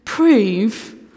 prove